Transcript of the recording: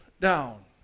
down